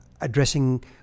addressing